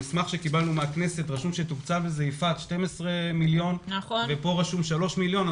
במסמך שקיבלנו מהכנסת רשום שתוקצב 12 מיליון וכאן רשום שלושה מיליון.